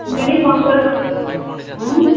কী জন্য ফোন করেছ হুম